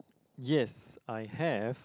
yes I have